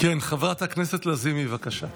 כן, חברת הכנסת לזימי, בבקשה.